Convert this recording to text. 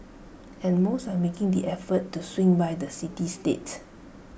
and most are still making the effort to swing by the city state